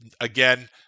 again